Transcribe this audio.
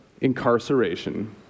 incarceration